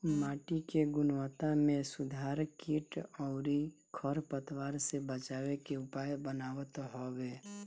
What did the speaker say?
माटी के गुणवत्ता में सुधार कीट अउरी खर पतवार से बचावे के उपाय बतावत हवे